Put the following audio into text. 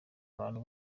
abantu